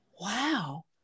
wow